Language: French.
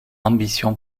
ambition